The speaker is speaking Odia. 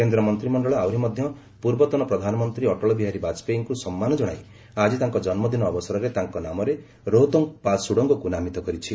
କେନ୍ଦ୍ର ମନ୍ତ୍ରିମଣ୍ଡଳ ଆହୁରି ମଧ୍ୟ ପୂର୍ବତନ ପ୍ରଧାନମନ୍ତ୍ରୀ ଅଟଳ ବିହାରୀ ବାଜପେୟୀଙ୍କୁ ସମ୍ମାନ ଜଣାଇ ଆଜି ତାଙ୍କ ଜନ୍ମଦିନ ଅବସରରେ ତାଙ୍କ ନାମରେ ରୋହତାଙ୍ଗ ପାସ୍ ସୁଡ଼ଙ୍ଗକୁ ନାମିତ କରିଛି